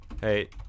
Hey